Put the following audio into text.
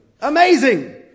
Amazing